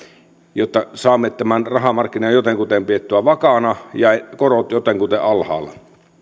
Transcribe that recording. jotta saamme tämän rahamarkkinan jotenkuten pidettyä vakaana ja ja korot jotenkuten alhaalla